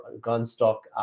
Gunstock